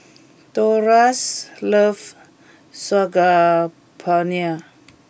Dolores loves Saag Paneer